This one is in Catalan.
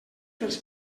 dels